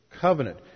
Covenant